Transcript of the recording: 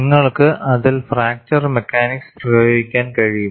നിങ്ങൾക്ക് അതിൽ fracture mechanics പ്രയോഗിക്കാൻ കഴിയും